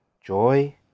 joy